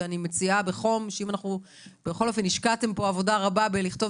אני מציעה בחום בכל אופן השקעתם פה עבודה רבה לכתוב